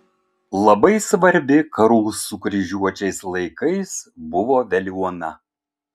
labai svarbi karų su kryžiuočiais laikais buvo veliuona